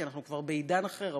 כי אנחנו כבר בעידן אחר,